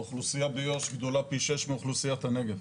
האוכלוסייה ביו"ש גדולה פי שישה מאוכלוסיית הנגב.